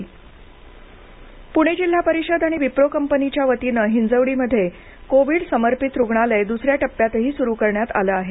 हिंजवडी पुणे जिल्हा परिषद आणि विप्रो कंपनीच्या वतीने हिंजवडीमध्ये कोविड समर्पित रुग्णालय दु्सऱ्या टप्प्यांतही सुरू करण्यात आले आहे